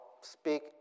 speak